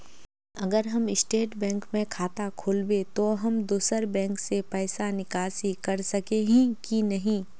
अगर हम state bank में खाता खोलबे तो हम दोसर बैंक से पैसा निकासी कर सके ही की नहीं?